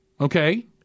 okay